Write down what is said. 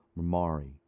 Mamari